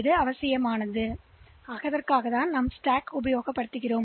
எனவே இந்த அடுக்கின் மூலம் இது செய்யப்படுகிறது